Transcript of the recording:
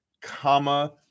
Comma